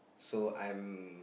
so I'm